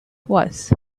was